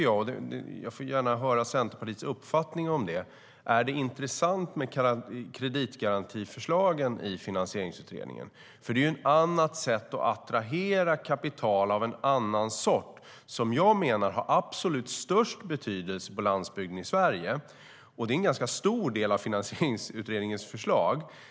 Jag vill gärna höra Centerpartiets uppfattning: Är det intressant med kreditgarantiförslagen i Finansieringsutredningen? Det är ett annat sätt att attrahera kapital av en annan sort som jag menar har absolut störst betydelse på landsbygden i Sverige. Det är en ganska stor del av Finansieringsutredningens förslag.